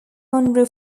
monroe